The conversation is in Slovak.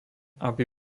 aby